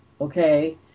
Okay